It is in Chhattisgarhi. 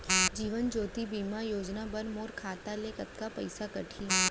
जीवन ज्योति बीमा योजना बर मोर खाता ले कतका पइसा कटही?